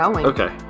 Okay